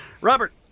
Robert